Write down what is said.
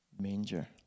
manger